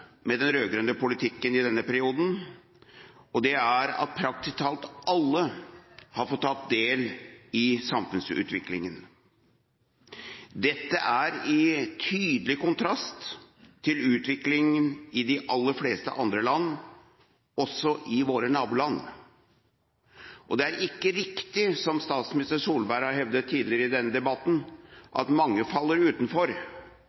med den rød-grønne politikken i denne perioden, og det er at praktisk talt alle har fått tatt del i samfunnsutviklingen. Dette er i tydelig kontrast til utviklingen i de aller fleste andre land, også i våre naboland. Det er ikke riktig som statsminister Solberg har hevdet tidligere i denne debatten, at mange faller utenfor.